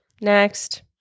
Next